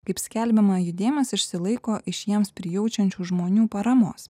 kaip skelbiama judėjimas išsilaiko iš jiems prijaučiančių žmonių paramos